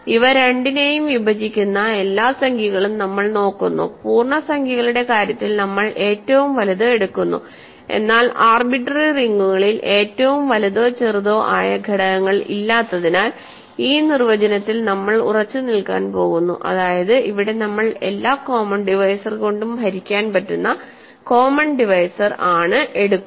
ഇവ രണ്ടിനെയും വിഭജിക്കുന്ന എല്ലാ സംഖ്യകളും നമ്മൾ നോക്കുന്നു പൂർണ്ണസംഖ്യകളുടെ കാര്യത്തിൽ നമ്മൾ ഏറ്റവും വലുത് എടുക്കുന്നു എന്നാൽ ആർബിട്രറി റിങ്ങുകളിൽ ഏറ്റവും വലുതോ ചെറുതോ ആയ ഘടകങ്ങൾ ഇല്ലാത്തതിനാൽ ഈ നിർവചനത്തിൽ നമ്മൾ ഉറച്ചുനിൽക്കാൻ പോകുന്നു അതായത് അവിടെ നമ്മൾ എല്ലാ കോമൺ ഡിവൈസർ കൊണ്ടും ഹരിക്കാൻ പറ്റുന്ന കോമൺ ഡിവൈസർ ആണ് എടുക്കുക